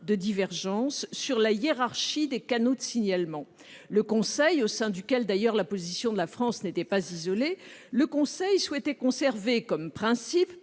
de divergence sur la hiérarchie des canaux de signalement. Oui ! Le Conseil, au sein duquel la position de la France n'était d'ailleurs pas isolée, souhaitait conserver comme principe-